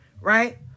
right